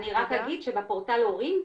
אני רק אגיד שבפורטל הורים,